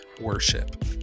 worship